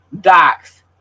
docs